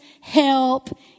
help